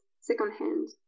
secondhand